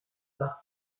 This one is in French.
par